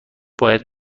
باید